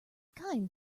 kind